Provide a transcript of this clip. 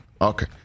Okay